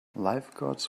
lifeguards